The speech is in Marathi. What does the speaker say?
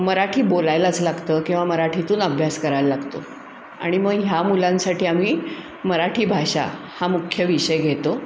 मराठी बोलायलाच लागतं किंवा मराठीतून अभ्यास करायला लागतो आणि मग ह्या मुलांसाठी आम्ही मराठी भाषा हा मुख्य विषय घेतो